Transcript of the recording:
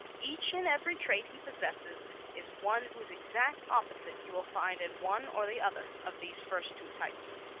each and every trait he possesses is one whose exact opposite you will find in one or the other of these first two types.